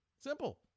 Simple